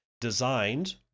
designed